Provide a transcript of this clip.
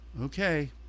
Okay